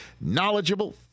knowledgeable